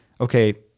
okay